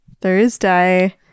Thursday